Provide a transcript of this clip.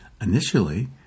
Initially